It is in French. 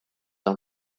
dans